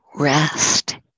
Rest